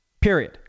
Period